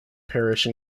parish